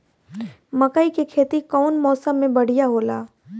मकई के खेती कउन मौसम में बढ़िया होला?